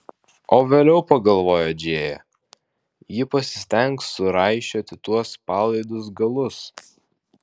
o vėliau pagalvojo džėja ji pasistengs suraišioti tuos palaidus galus